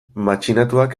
matxinatuak